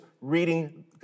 reading